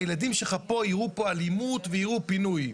הילדים שלך יראו פה אלימות ויראו פינוי'.